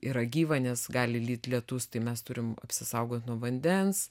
yra gyva nes gali lyt lietus tai mes turim apsisaugot nuo vandens